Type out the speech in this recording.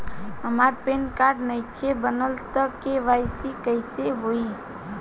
हमार PAN card नईखे बनल त के.वाइ.सी कइसे होई?